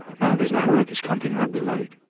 no, there's no workers comp in rugby league.